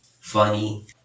funny